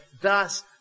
thus